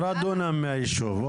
10 דונם מהיישוב.